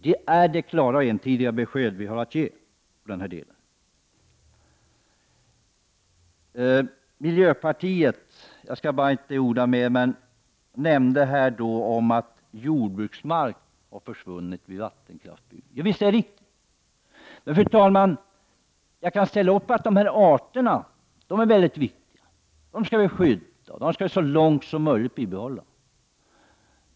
Det är det klara och entydiga besked vi har att ge i denna del. Roy Ottosson sade att jordbruksmark har försvunnit vid utbyggnad av vattenkraft. Det är riktigt. Jag kan hålla med om att dessa arter är viktiga. De skall skyddas och så långt som möjligt bibehållas.